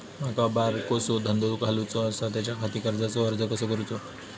माका बारकोसो धंदो घालुचो आसा त्याच्याखाती कर्जाचो अर्ज कसो करूचो?